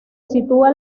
sitúa